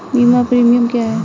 बीमा प्रीमियम क्या है?